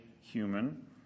human